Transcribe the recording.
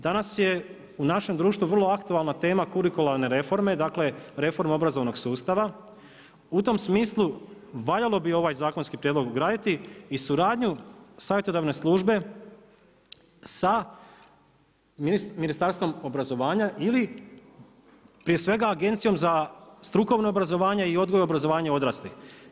Danas je u našem društvu vrlo aktualna tema kurikularne reforme, dakle reforma obrazovnog sustava, u tom smislu valjalo bi ovaj zakonski prijedlog ugraditi i suradnju savjetodavne službe sa Ministarstvom obrazovanja ili prije svega Agencijom za strukovno obrazovanje i odgoj obrazovanja odraslih.